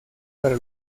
para